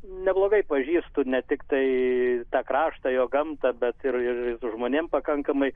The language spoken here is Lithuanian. neblogai pažįstu ne tiktai tą kraštą jo gamtą bet ir su žmonėm pakankamai